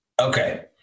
Okay